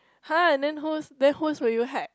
[huh] and then whose then whose will you hack